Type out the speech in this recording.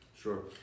Sure